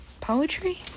poetry